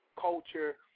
culture